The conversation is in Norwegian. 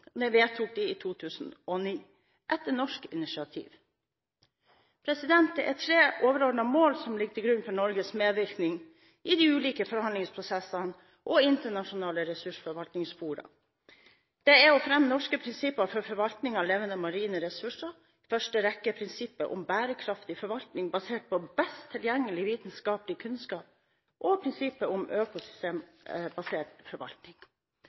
vedtok en avtale i 2009, etter norsk initiativ. Det er tre overordnede mål som ligger til grunn for Norges medvirkning i de ulike forhandlingsprosessene og internasjonale ressursforvaltningsfora: å fremme norske prinsipper for forvaltning av levende marine ressurser, i første rekke prinsippet om bærekraftig forvaltning basert på best tilgjengelig vitenskapelig kunnskap og prinsippet om økosystembasert forvaltning